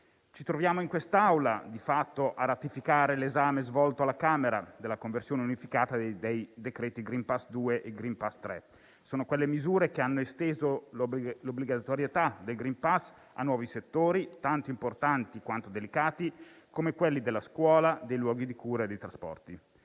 ci troviamo in quest'Aula di fatto a ratificare quanto svolto dalla Camera circa la conversione unificata dei decreti-legge *green pass* 2 e *green pass* 3. Sono quelle misure che hanno esteso l'obbligatorietà del *green pass* a nuovi settori, tanto importanti quanto delicati, come la scuola, i luoghi di cura e i trasporti.